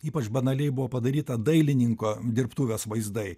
ypač banaliai buvo padaryta dailininko dirbtuvės vaizdai